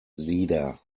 leader